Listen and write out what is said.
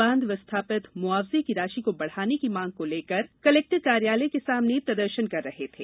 बांध विस्तापित मुआवजे की राशि को बढ़ाने की मांग लेकर कलेक्टर कार्यालय के सामने प्रदर्शन कर रहे थे